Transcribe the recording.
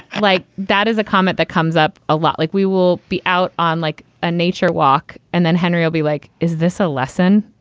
like that is a comment that comes up a lot like we will be out on like a nature walk. and then henry will be like, is this a lesson?